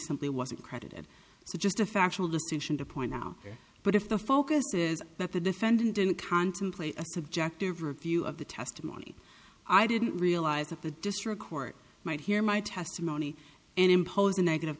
simply wasn't credited so just a factual distinction to point out but if the focus is that the defendant didn't contemplate a subjective review of the testimony i didn't realize that the district court might hear my testimony and him the negative